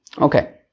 Okay